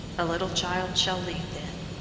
a little child shall lead them.